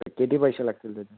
किती पैसे लागतील त्याचे